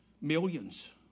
Millions